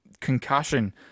concussion